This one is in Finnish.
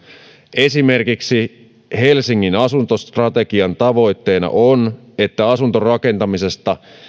esimerkiksi helsingin asuntostrategian tavoitteena on että asuntorakentamisesta